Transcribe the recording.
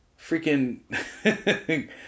freaking